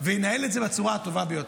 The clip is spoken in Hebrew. וינהל את זה בצורה הטובה ביותר.